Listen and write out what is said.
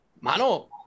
mano